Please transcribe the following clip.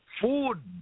food